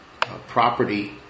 property